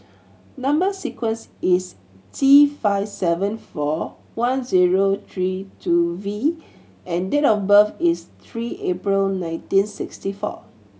number sequence is T five seven four one zero three two V and date of birth is three April nineteen sixty four